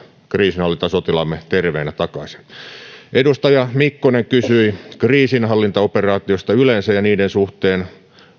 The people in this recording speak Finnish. kriisinhallintasotilaamme palaavat terveinä takaisin edustaja mikkonen kysyi kriisinhallintaoperaatioista yleensä niiden suhteen